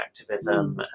activism